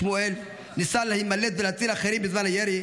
שמואל ניסה להימלט ולהציל אחרים בזמן הירי,